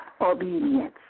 obedience